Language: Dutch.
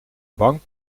bank